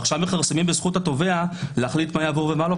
ועכשיו מכרסמים בזכות התובע להחליט מה יעבור ומה לא,